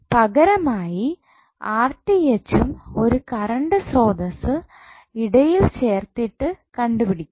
പകരമായി യും ഒരു കറണ്ട് സ്രോതസ്സ് ഇടയിൽ ചേർത്തിട്ടു കണ്ടുപിടിക്കാം